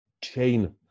chain